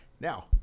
now